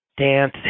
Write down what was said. dance